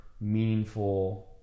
meaningful